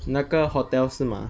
那个 hotel 是吗